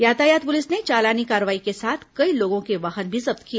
यातायात पुलिस ने चालानी कार्रवाई के साथ कई लोगों के वाहन भी जब्त किए